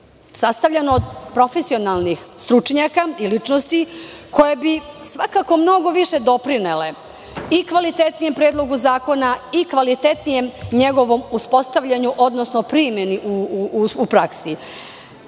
sastavljeno od profesionalnih stručnjaka i ličnosti koje bi svakako mnogo više doprinele i kvalitetnijem predlogu zakona i kvalitetnijem njegovom uspostavljanju, odnosno primeni u praksi.